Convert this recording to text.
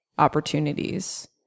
opportunities